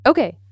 Okay